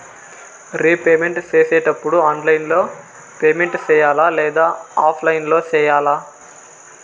repayment సేసేటప్పుడు online లో payment సేయాలా లేదా ఆఫ్లైన్ లో సేయాలా